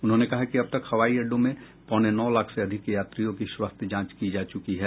उन्होंने कहा कि अब तक हवाई अड्डों में पौने नौ लाख से अधिक यात्रियों की स्वास्थ्य जांच की जा चूकी है